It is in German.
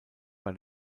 bei